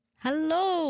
Hello